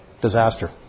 disaster